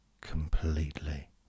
completely